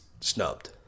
snubbed